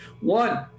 One